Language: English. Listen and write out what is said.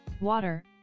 water